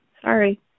Sorry